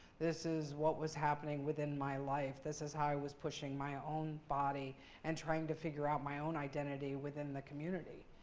this is what was happening within my life. this is how i was pushing my own body and trying to figure out my own identity within the community,